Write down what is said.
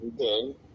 okay